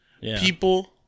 people